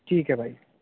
ٹھیک ہے بھائی